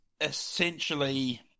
Essentially